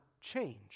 change